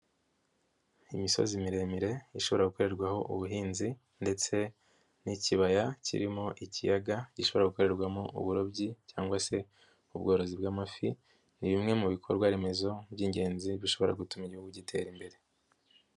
Imisozi miremire ishobora gukorerwaho ubuhinzi ndetse n'ikibaya kirimo ikiyaga, gishobora gukorerwamo uburobyi cyangwa se ubworozi bw'amafi, ni bimwe mu bikorwa remezo by'ingenzi bishobora gutuma igihugu gitera imbere.